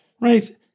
right